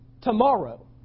tomorrow